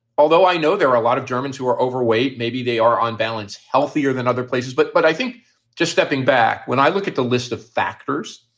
although i know there are a lot of germans who are overweight. maybe they are, on balance, healthier than other places. but but i think just stepping back, when i look at the list of factors,